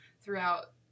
throughout